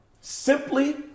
Simply